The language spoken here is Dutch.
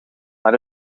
maar